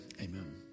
amen